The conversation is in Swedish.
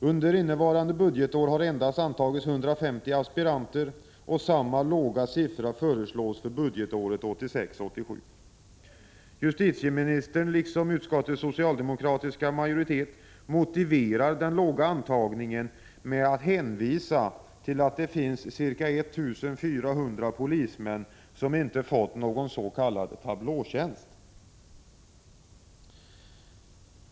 Under innevarande budgetår har endast antagits 150 aspiranter, och samma låga siffra föreslås för budgetåret 1986/87. Justitieministern, liksom utskottets socialdemokratiska majoritet, motiverar den låga antagningen med att det finns ca 1 400 polismän som inte fått någon s.k. tablåtjänst.